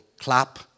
clap